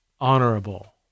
honorable